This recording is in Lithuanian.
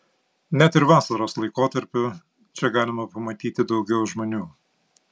net ir vasaros laikotarpiu čia galima pamatyti daugiau žmonių